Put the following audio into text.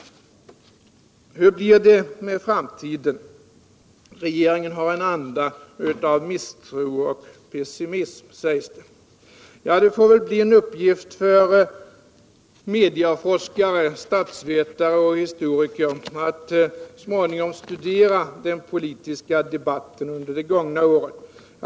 Hur blir det med framtiden? Regeringen har en anda av misstro och pessimism, sägs det. Det får väl bli en uppgift för mediaforskare, statsvetare och historiker att så småningom studera den politiska debatten under det gångna året.